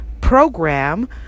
program